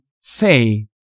say